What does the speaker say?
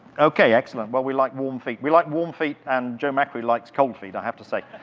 okay, excellent. well, we like warm feet. we like warm feet, and joe macri likes cold feet, i have to say.